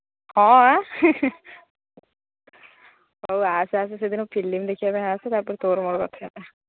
ହଁ ଆଁ ହଉ ଆସେ ଆସେ ସେଦିନ ଫିଲିମ୍ ଦେଖିବା ପାଇଁ ଆସେ ତାପରେ ତୋର ମୋର କଥାବାର୍ତ୍ତା